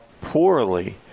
poorly